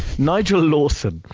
nigel lawson,